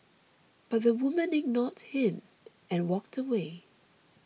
but the woman ignored him and walked away